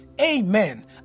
Amen